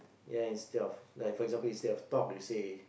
ya instead of like for example instead of talk you say